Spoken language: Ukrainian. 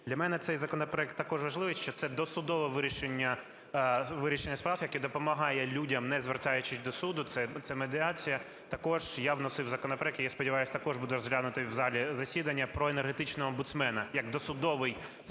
Для мене цей законопроект також важливий, що це досудове вирішення справ, яке допомагає людям, не звертаючись до суду, це медіація. Також я вносив законопроект - і, я сподіваюсь, також буде розглянутий в залі засідання, - про енергетичного омбудсмена як досудовий спосіб